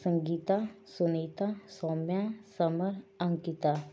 Sangeeta Sunita Saumya Samar Ankita